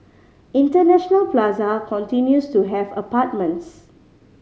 International Plaza continues to have apartments